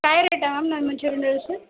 काय रेट आहे मॅम म मंचुरियन नूडल्सचं